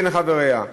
בין חבריה,